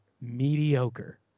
mediocre